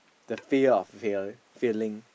the fear of fail failing